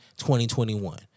2021